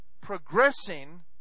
progressing